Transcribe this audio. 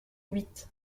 huit